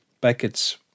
Beckett's